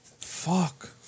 Fuck